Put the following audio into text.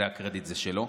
והקרדיט הוא שלו.